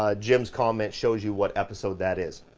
ah jim's comment shows you what episode that is.